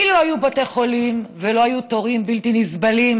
אילו היו בתי חולים ולא היו תורים בלתי נסבלים,